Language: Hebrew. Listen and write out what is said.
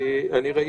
אני ראיתי.